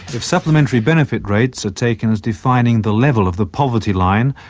if supplementary benefit rates are taken as defining the level of the poverty line,